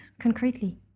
concretely